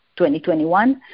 2021